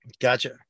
Gotcha